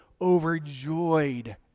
overjoyed